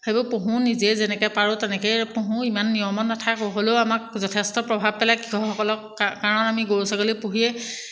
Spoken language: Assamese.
সেইবোৰ পোহো নিজে যেনেকৈ পাৰোঁ তেনেকৈয়ে পোহো ইমান নিয়মত নাথাকোঁ হ'লেও আমাক যথেষ্ট প্ৰভাৱ পেলাই কৃষকসকলক কাৰণ আমি গৰু ছাগলী পোহিয়ে